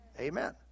Amen